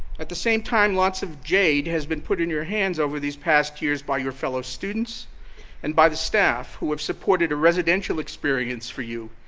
at the same time lots of jade has been put in your hands over these past years by your fellow students and by the staff who have supported a residential experience for you,